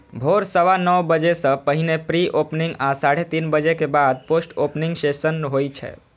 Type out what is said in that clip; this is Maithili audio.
भोर सवा नौ बजे सं पहिने प्री ओपनिंग आ साढ़े तीन बजे के बाद पोस्ट ओपनिंग सेशन होइ छै